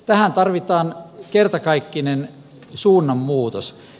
tähän tarvitaan kertakaikkinen suunnanmuutos